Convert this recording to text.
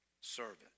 servant